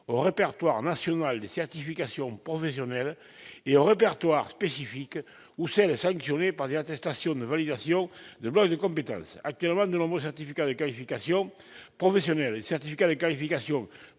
au répertoire national des certifications professionnelles et au répertoire spécifique ou par des attestations de validation de blocs de compétences. Actuellement, de nombreux certificats de qualification professionnelle et certificats de qualification